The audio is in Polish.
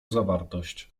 zawartość